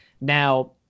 Now